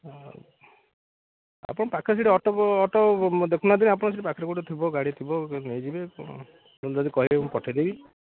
ହଁ ଆପଣ ପାଖରେ ଯଦି ଅଟୋ ଅଟୋ ଦେଖୁ ନାହାନ୍ତି ଆପଣ ସେଠି ପାଖରେ କେଉଁଠି ଥିବ ଗାଡ଼ି ଥିବ ନେଇ ଯିବେ ପୁଣି ଯଦି କହିବେ ମୁଁ ପଠାଇ ଦେବି